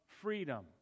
freedom